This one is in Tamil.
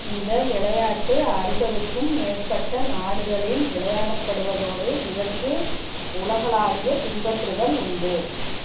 இந்த விளையாட்டு அறுபதுக்கும் மேற்பட்ட நாடுகளில் விளையாடப்படுவதோடு இதற்கு உலகலாவிய பின்பற்றுதல் உண்டு